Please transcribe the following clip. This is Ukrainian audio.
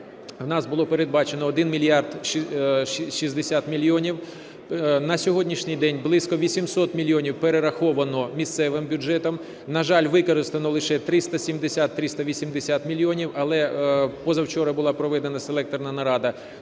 у нас було передбачено 1 мільярд 60 мільйонів. На сьогоднішній день близько 800 мільйонів перераховано місцевим бюджетам. На жаль, використано лише 370-380 мільйонів. Але позавчора була проведена селекторна нарада,